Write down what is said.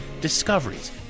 Discoveries